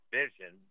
vision